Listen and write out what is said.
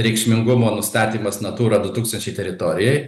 reikšmingumo nustatymas natura du tūkstančiai teritorijoj